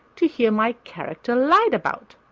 to hear my character lied about!